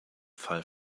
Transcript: fall